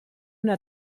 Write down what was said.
una